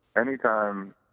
anytime